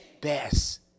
best